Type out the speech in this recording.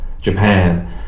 Japan